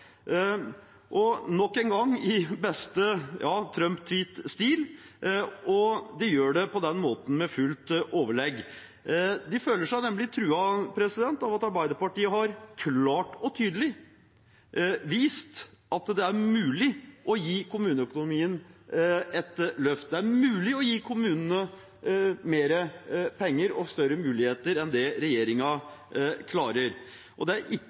– nok en gang i beste Trump-tweet-stil, og de gjør det på den måten med fullt overlegg. De føler seg nemlig truet av at Arbeiderpartiet klart og tydelig har vist at det er mulig å gi kommuneøkonomien et løft. Det er mulig å gi kommunene mer penger og større muligheter enn det regjeringen klarer. Det er